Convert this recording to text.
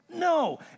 No